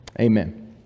Amen